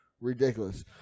ridiculous